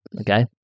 Okay